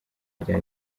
rya